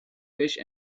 fish